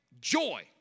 joy